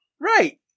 Right